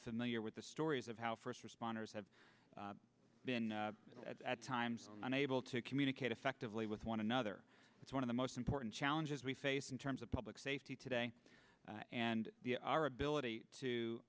familiar with the stories of how first responders have been at times unable to communicate effectively with one another it's one of the most important challenges we face in terms of public safety today and our ability to